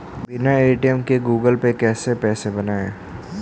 बिना ए.टी.एम के Google Pay कैसे बनायें?